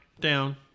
down